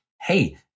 hey